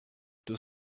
deux